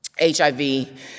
HIV